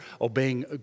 obeying